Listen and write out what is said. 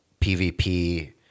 PvP